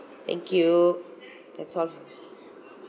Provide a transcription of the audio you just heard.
thank you that's all